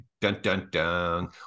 Dun-dun-dun